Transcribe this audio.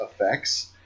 effects